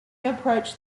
approached